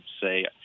say